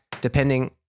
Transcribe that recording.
Depending